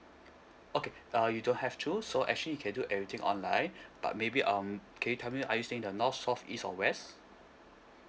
okay uh you don't have to so actually you can do everything online but maybe um can you tell me are you staying the north south east or west